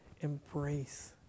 embrace